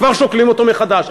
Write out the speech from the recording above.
כבר שוקלים אותו מחדש.